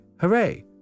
Hooray